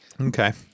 Okay